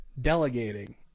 delegating